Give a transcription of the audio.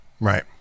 Right